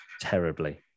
Terribly